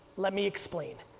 let me explain.